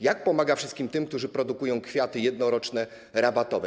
Jak pomaga wszystkim tym, którzy produkują kwiaty jednoroczne, rabatowe?